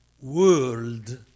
world